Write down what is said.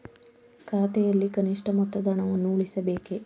ಖಾತೆಯಲ್ಲಿ ಕನಿಷ್ಠ ಮೊತ್ತದ ಹಣವನ್ನು ಉಳಿಸಬೇಕೇ?